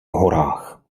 horách